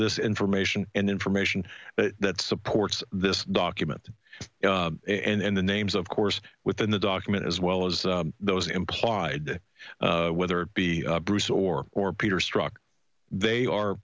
this information and information that supports this document and the names of course within the document as well as those implied whether it be bruce or or peter struck they are